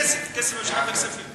שהם הצביעו כבר?